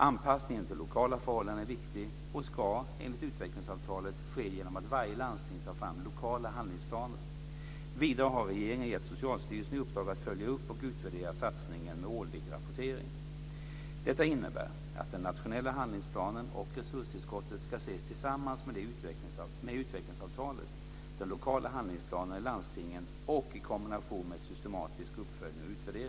Anpassningen till lokala förhållanden är viktig och ska, enligt utvecklingsavtalet, ske genom att varje landsting tar fram lokala handlingsplaner. Vidare har regeringen gett Socialstyrelsen i uppdrag att följa upp och utvärdera satsningen med årlig rapportering. Detta innebär att den nationella handlingsplanen och resurstillskottet ska ses tillsammans med utvecklingsavtalet, de lokala handlingsplanerna i landstingen och i kombination med en systematisk uppföljning och utvärdering.